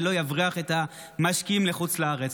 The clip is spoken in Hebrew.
ולא יבריח את המשקיעים לחוץ לארץ.